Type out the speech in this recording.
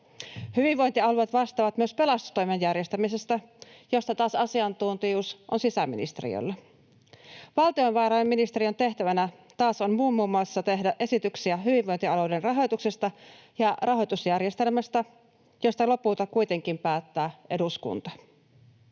Hyvinvointialueet vastaavat myös pelastustoimen järjestämisestä, jossa asiantuntijuus taas on sisäministeriöllä. Valtiovarainministeriön tehtävänä taas on muun muassa tehdä esityksiä hyvinvointialueiden rahoituksesta ja rahoitusjärjestelmästä, josta lopulta kuitenkin päättää eduskunta.